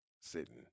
sitting